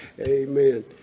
Amen